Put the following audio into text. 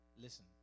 Listen